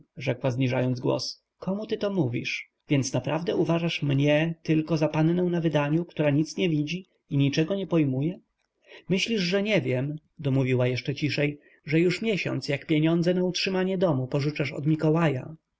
florciu rzekła zniżając głos komu ty to mówisz więc naprawdę uważasz mnie tylko za pannę na wydaniu która nic nie widzi i niczego nie pojmuje myślisz że nie wiem domówiła jeszcze ciszej że już miesiąc jak pieniądze na utrzymanie domu pożyczasz od mikołaja